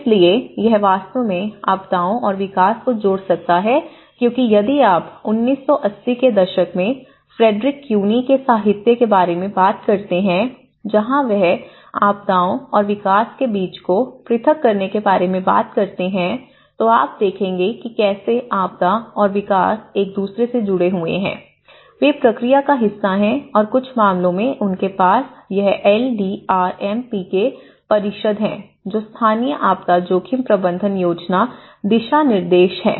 इसलिए यह वास्तव में आपदाओं और विकास को जोड़ सकता है क्योंकि यदि आप 1980 के दशक में फ्रेडरिक क्यूनी के साहित्य के बारे में बात करते हैं जहां वह आपदाओं और विकास के बीच को पृथक करने के बारे में बात करते हैं तो आप देखेंगे कि कैसे आपदा और विकास एक दूसरे से जुड़े हुए हैं वे प्रक्रिया का हिस्सा हैं और कुछ मामलों में उनके पास यह L D R M P के परिषद है जो स्थानीय आपदा जोखिम प्रबंधन योजना दिशानिर्देश है